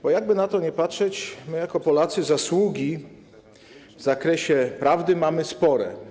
Bo jakkolwiek by na to patrzeć, my jako Polacy zasługi w zakresie prawdy mamy spore.